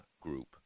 group